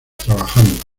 trabajando